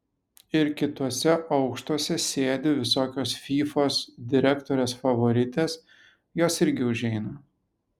ir kituose aukštuose sėdi visokios fyfos direktorės favoritės jos irgi užeina